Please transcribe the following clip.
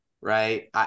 right